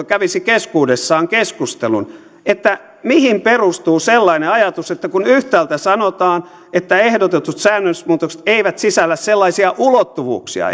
kävisi keskuudessaan keskustelun mihin perustuu sellainen ajatus että kun yhtäältä sanotaan että ehdotetut säännösmuutokset eivät sisällä sellaisia ulottuvuuksia